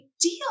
deal